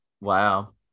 Wow